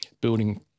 building